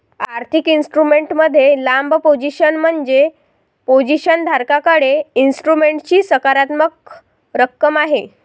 आर्थिक इन्स्ट्रुमेंट मध्ये लांब पोझिशन म्हणजे पोझिशन धारकाकडे इन्स्ट्रुमेंटची सकारात्मक रक्कम आहे